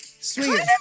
Sweet